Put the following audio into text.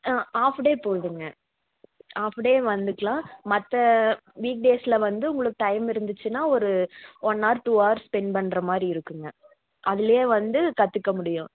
half day போதுங்க half day வந்துக்கலாம் மற்ற வீக் டேஸில் வந்து உங்களுக்கு டைம் இருந்துச்சுன்னா ஒரு one hour two hour spend பண்ணுற மாதிரி இருக்குங்க அதுலேயே வந்து கற்றுக்க முடியும்